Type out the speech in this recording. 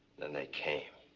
then, they came.